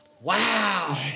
Wow